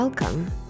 Welcome